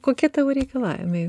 kokie tavo reikalavimai